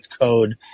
code